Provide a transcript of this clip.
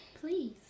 please